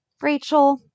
Rachel